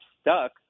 stuck